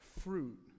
fruit